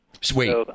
Sweet